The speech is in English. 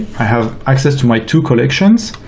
i have access to my two collections.